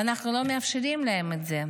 אנחנו לא מאפשרים להם את זה.